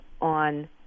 on